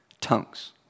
tongues